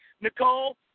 Nicole